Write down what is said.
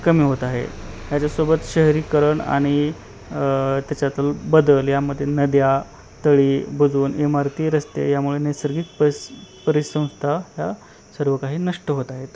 कमी होत आहे याच्यासोबत शहरीकरण आणि त्याच्यातले बदल यामध्ये नद्या तळी बुजवून इमारती रस्ते यामुळे नैसर्गिक परिस परिसंस्था ह्या सर्व काही नष्ट होत आहेत